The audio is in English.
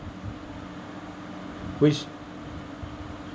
which